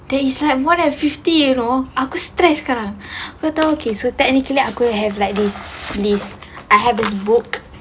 there is like one and fifty you know aku stress sekarang kau tahu okay technically aku dah have like this list I have this book